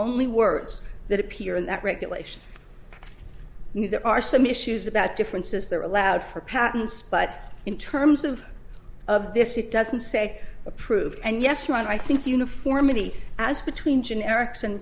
only words that appear in that regulation and there are some issues about differences there are allowed for patents but in terms of of this it doesn't say approved and yes when i think uniformity as between generics and